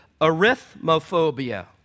Arithmophobia